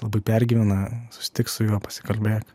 labai pergyvena susitik su juo pasikalbėk